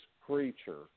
creature